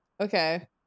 Okay